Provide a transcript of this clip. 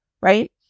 Right